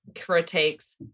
critiques